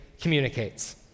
communicates